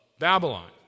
Babylon